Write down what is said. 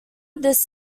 this